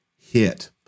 hit